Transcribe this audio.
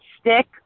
stick